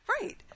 Right